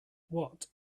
watt